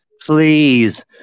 Please